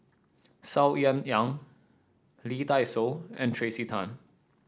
Saw Ean Ang Lee Dai Soh and Tracey Tan